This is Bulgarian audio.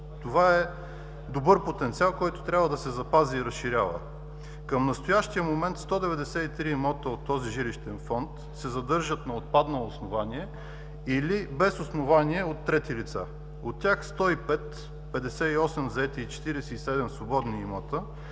Това е добър потенциал, който трябва да се запази и разширява. Към настоящия момент 193 имота от този жилищен фонд се задържат на отпаднало основание или без основание от трети лица. От тях 105 – 58 заети и 47 свободни имота